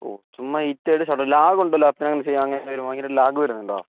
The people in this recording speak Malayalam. ഓ ചുമ്മാ ഹീറ്റായിട്ട് ഷട്ട് ഡൗൺ ലാഗുണ്ടോ ലാപ്പിന് അങ്ങനെയെന്തെങ്കിലും ഭയങ്കരം ലാഗ് വരുന്നുണ്ടോ